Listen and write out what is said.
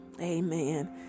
amen